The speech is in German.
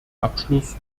abschluss